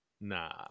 Nah